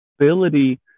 ability